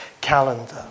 calendar